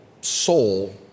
soul